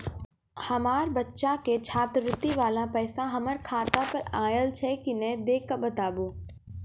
हमार बच्चा के छात्रवृत्ति वाला पैसा हमर खाता पर आयल छै कि नैय देख के बताबू?